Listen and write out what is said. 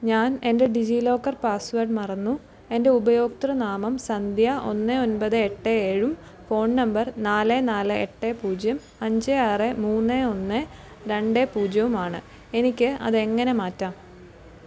ഞാൻ എൻ്റെ DigiLocker password മറന്നു എൻ്റെ ഉപയോക്തൃനാമം സന്ധ്യ ഒന്ന് ഒൻപത് എട്ട് ഏഴും ഫോൺ നമ്പർ നാല് നാല് എട്ട് പൂജ്യം അഞ്ച് ആറ് മൂന്ന് ഒന്ന് രണ്ട് പൂജ്യവും ആണ് എനിക്ക് അത് എങ്ങനെ മാറ്റാം